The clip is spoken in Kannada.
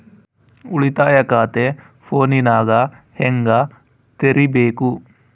ಉಳಿತಾಯ ಖಾತೆ ಫೋನಿನಾಗ ಹೆಂಗ ತೆರಿಬೇಕು?